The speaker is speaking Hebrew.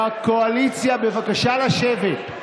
בקואליציה, בבקשה לשבת.